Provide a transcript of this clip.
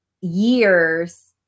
years